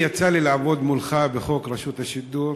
יצא לי לעבוד מולך בחוק רשות השידור.